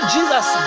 Jesus